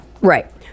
Right